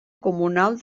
comunal